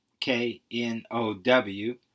K-N-O-W